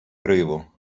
гриву